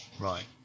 Right